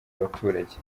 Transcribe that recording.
abaturage